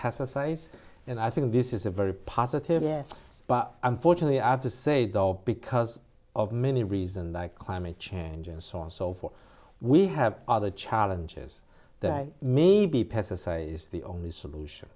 pesticides and i think this is a very positive yes but unfortunately i have to say dog because of many reason that climate change and so on so forth we have other challenges that maybe pesticide is the only solution